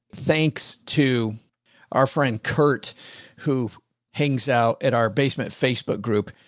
thanks to our friend curt who hangs out at our basement facebook group.